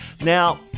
now